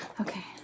okay